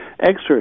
exercise